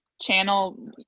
channel